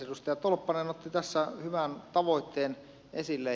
edustaja tolppanen otti tässä hyvän tavoitteen esille